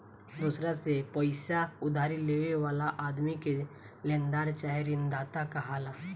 दोसरा से पईसा उधारी लेवे वाला आदमी के लेनदार चाहे ऋणदाता कहाला